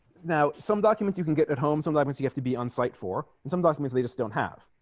now some documents you can get at home sometimes you have to be on site for and some documents they just don't have